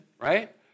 right